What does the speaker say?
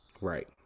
right